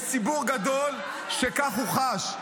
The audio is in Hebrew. יש ציבור גדול שכך הוא חש.